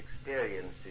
experiences